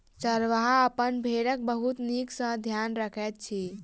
चरवाहा अपन भेड़क बहुत नीक सॅ ध्यान रखैत अछि